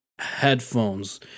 headphones